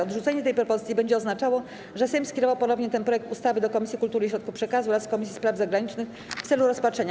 Odrzucenie tej propozycji będzie oznaczało, że Sejm skierował ponownie ten projekt ustawy do Komisji Kultury i Środków Przekazu oraz Komisji Spraw Zagranicznych w celu rozpatrzenia.